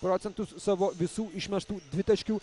procentus savo visų išmestų dvitaškių